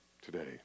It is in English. today